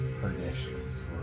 pernicious